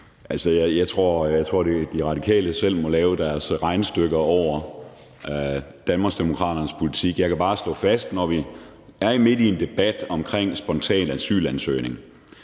jeg tror, De Radikale selv må lave deres regnestykker over Danmarksdemokraternes politik. Jeg kan jo bare slå fast, når vi er midt i en debat om spontan asylansøgning,